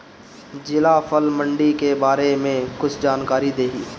जिला फल मंडी के बारे में कुछ जानकारी देहीं?